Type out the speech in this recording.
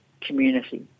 community